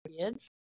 kids